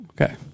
okay